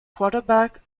quarterback